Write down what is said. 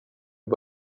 har